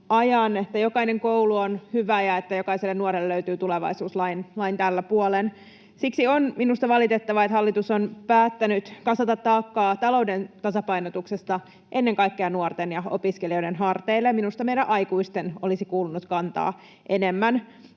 että jokainen koulu on hyvä ja että jokaiselle nuorelle löytyä tulevaisuus lain tällä puolen. Siksi on minusta valitettavaa, hallitus on päättänyt kasata taakkaa talouden tasapainotuksesta ennen kaikkea nuorten ja opiskelijoiden harteille. Minusta meidän aikuisten olisi kuulunut kantaa enemmän.